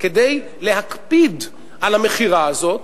כדי להקפיד על המכירה הזאת,